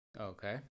Okay